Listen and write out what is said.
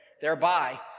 thereby